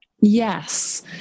yes